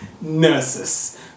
nurses